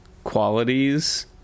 qualities